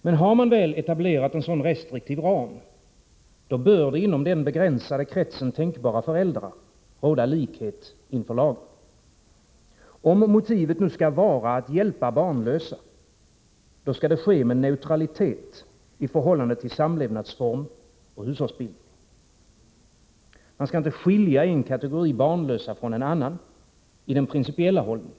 Men har man väl etablerat en sådan restriktiv ram, bör det inom den begränsade kretsen tänkbara föräldrar råda likhet inför lagen. Om motivet nu skall vara att hjälpa barnlösa, skall det ske med neutralitet i förhållande till samlevnadsform och hushållsbildning. Man skall inte skilja en kategori barnlösa från en annan, i den principiella hållningen.